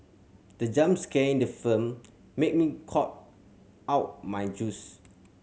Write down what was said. the jump scare in the film made me cough out my juice